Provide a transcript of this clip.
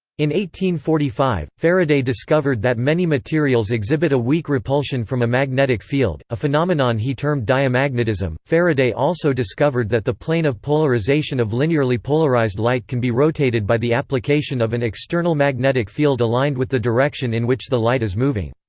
forty five, faraday discovered that many materials exhibit a weak repulsion from a magnetic field a phenomenon he termed diamagnetism faraday also discovered that the plane of polarization of linearly polarized light can be rotated by the application of an external magnetic field aligned with the direction in which the light is moving.